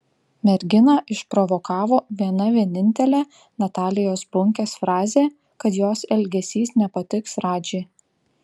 merginą išprovokavo viena vienintelė natalijos bunkės frazė kad jos elgesys nepatiks radži